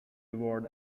award